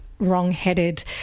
wrong-headed